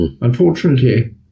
Unfortunately